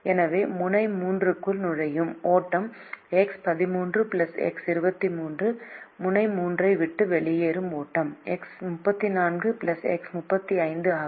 எனவே முனை 3 க்குள் நுழையும் ஓட்டம் X13 X23 முனை 3 ஐ விட்டு வெளியேறும் ஓட்டம் X34 X35 ஆகும்